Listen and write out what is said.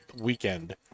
weekend